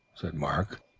said mark,